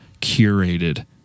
curated